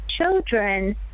children